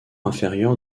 inférieur